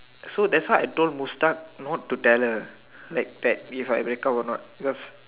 so that's how I told Mustad not to tell her that like that if I break up a not cause